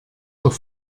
doch